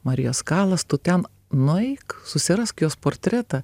marijos kalas tu ten nueik susirask jos portretą